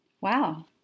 Wow